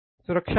सुरक्षा पहले